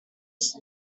ist